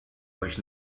euch